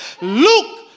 Luke